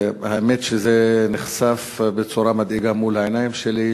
והאמת שזה נחשף בצורה מדאיגה מול העיניים שלי,